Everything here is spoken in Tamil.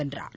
வென்றார்